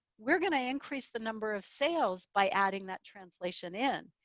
we're going to increase the number of sales by adding that translation in.